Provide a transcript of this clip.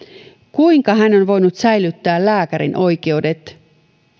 kuinka hän on voinut säilyttää lääkärin oikeudet